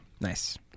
Nice